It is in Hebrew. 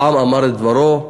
העם אמר את דברו.